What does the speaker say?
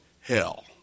hell